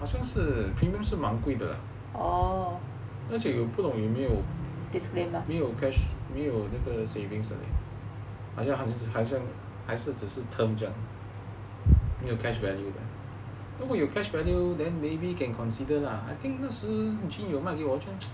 好像是 premium 是蛮贵的那就有不懂有没有 cash 没有那个 savings 好像很还是只是 term 这样没有 cash value 的如果有 cash value then maybe can consider lah I think 那时 gin 有卖给我